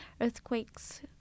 earthquakes